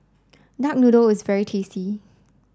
duck noodle is very tasty